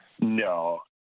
No